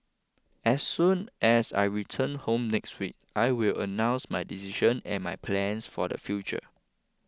as soon as I return home next week I will announce my decision and my plans for the future